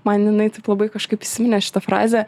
man jinai taip labai kažkaip įsiminė šita frazė